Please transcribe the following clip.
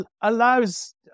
allows